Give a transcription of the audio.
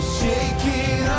shaking